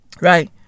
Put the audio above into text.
right